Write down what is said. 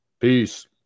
Peace